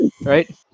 right